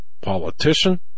politician